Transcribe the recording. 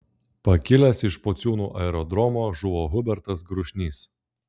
pakilęs iš pociūnų aerodromo žuvo hubertas grušnys